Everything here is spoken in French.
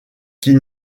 qui